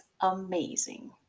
amazing